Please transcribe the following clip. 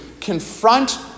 confront